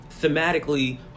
thematically